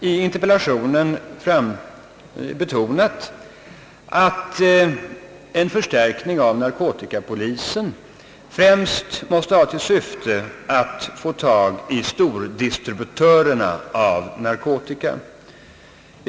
I interpellationen har jag betonat att en förstärkning av narkotikapolisen främst har till syfte att få tag i stordistributörerna av narkotika.